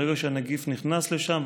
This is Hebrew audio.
ברגע שהנגיף נכנס לשם,